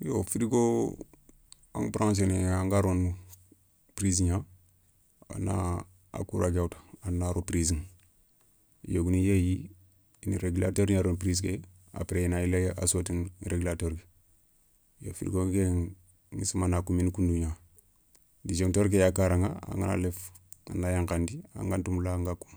Yo firigo a na branzéné anga rono prisi gna a na a koura ké ya woutou a na ro prizi, yogni yéyi i na réglateur gna rono prise ké apres i na yila a sotini réglateur, yo firigo nkéηa ηi simana a koumini koundougna. Dijoncteur ké ya karaηa angana léfi a na yankhandi angata moula anga koumou.